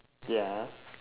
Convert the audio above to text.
ya ah